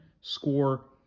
score